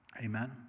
Amen